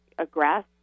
aggress